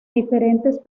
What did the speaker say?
diferentes